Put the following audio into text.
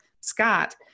Scott